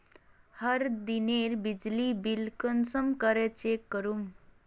हर दिनेर बिजली बिल कुंसम करे चेक करूम?